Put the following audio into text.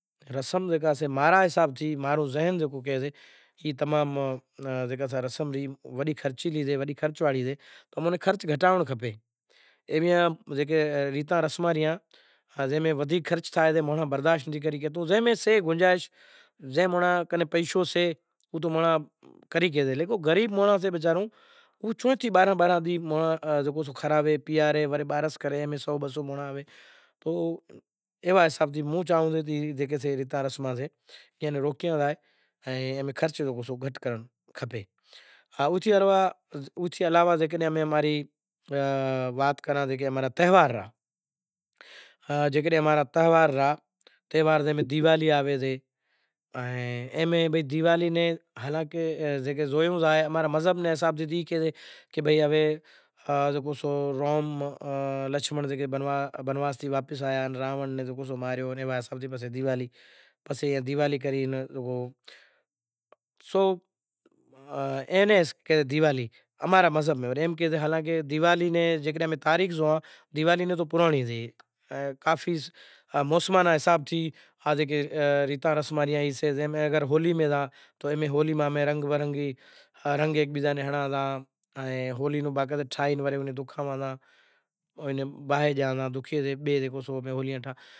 وشوا منتر کیدہو اے راجا ہریچند توں ہٹ کرے ہوے توں جلدی تھی ماں رے دکھشنڑا دے تو راجا ہریچند ہمزیا پوتا نیں کاڈھی انی دکھشنڑا لاوی ہالے سے ہے راجا ہریچند ماں رو مذاق ناں کر۔ ہے گردیو تمارو مذاق ہوں نئیں کروں، چم کہ وشوامنتر نوں کھری ریت خبر ہوئیسے کہ امیں ایک سو ایک کوڑیوں شے ریوں او بدہیوں کوڑیوں ٹھائے راکھیوں تو وشوامنتر کیدہو راجا ہریچند نو کہ توں ای چیز نی ٹھگی ناں کر کہے ناں گرو دیو اے ایک سو ایک کوڑیوں ہالے سے تو وشوامنتر زوئے سے کہ بدہیوں کوڑیوں سے، اے راجا ہریچند تو آز ماں رے کن ہانی کری سے ان توں موں نے کوڑو دان کرے رو سو۔ تو وشوامنتر پوتانوں راجاہریچند نوں پوتانوں زبان ہوئیسے کہ اے گرو دیو اے دہاڑو ماں کجھ سمو باقی سے زے ناں انوسار آز ماں رو تماں سیں وچن سے ای وچن میں ہوں اوس پورو کریش۔ راجا ہریچند شوں کرے سے اے گرو دیو بس چند سمو آز ماں رو وچن سے ای اوس ہوں پورو کریش، راجا ہریچند کاشی نے گھاٹ ماہ